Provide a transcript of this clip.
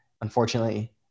Unfortunately